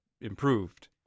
improved